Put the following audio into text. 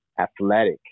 athletic